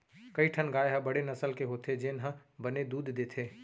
कई ठन गाय ह बड़े नसल के होथे जेन ह बने दूद देथे